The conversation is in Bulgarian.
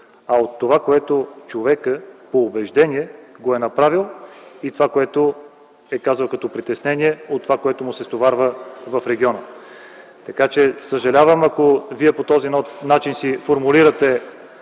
а от това, което човекът е направил по убеждение и това, което е казал като притеснения от това, което му се стоварва в региона. Съжалявам ако Вие по този начин си формулирате